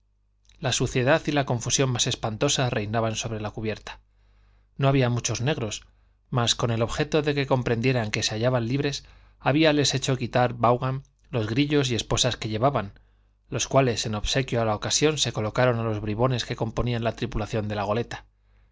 la suciedad y la confusión más espantosas reinaban sobre cubierta no había muchos negros mas con el objeto de que comprendieran que se hallaban libres habíales hecho quitar vaughan los grillos y esposas que llevaban los cuales en obsequio a la ocasión se colocaron a los bribones que componían la tripulación de la goleta